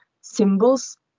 symbols